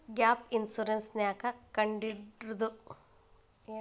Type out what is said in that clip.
Gap insurance ನ್ಯಾಕ್ ಕಂಢಿಡ್ದ್ರು?